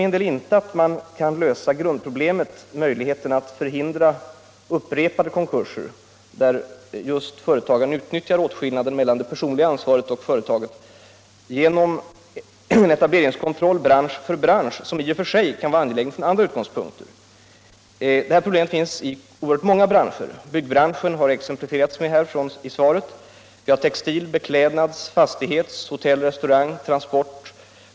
Jag tror inte att man kan lösa grundproblemet — att förhindra upprepade konkurser, där företagaren utnyttjar åtskillnaden mellan det personliga ansvaret och företagets — genom etableringskontroll bransch för bransch, något som i och för sig kan vara angeläget av andra skäl. Det här problemet finns i oerhört många branscher. I svaret har byggbranschen anförts som exempel. Ytterligare exempel är textil, beklädnads, fastighets, hotell och restaurang samt transport.